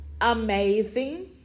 amazing